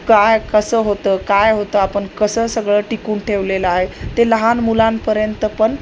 काय कसं होतं काय होतं आपण कसं सगळं टिकून ठेवलेलं आहे ते लहान मुलांपर्यंत पण